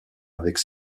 avec